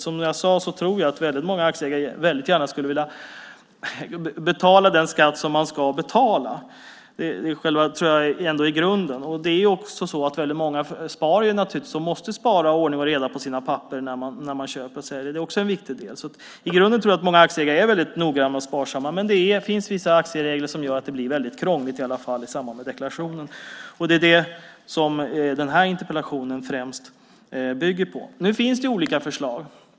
Som jag sade tror jag att många aktieägare gärna skulle vilja betala den skatt som man ska betala. Det tror jag ändå är grunden. Många sparar och måste spara och ha ordning och reda på sina papper när de köper och säljer. Det är också en viktig del. I grunden tror jag att många aktieägare är väldigt noggranna och sparsamma. Men det finns vissa aktieregler som gör att det blir väldigt krångligt i alla fall i samband med deklarationen. Det är det som den här interpellationen främst bygger på. Det finns olika förslag.